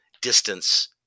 distance